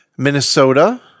Minnesota